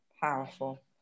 powerful